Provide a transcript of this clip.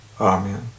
Amen